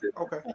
Okay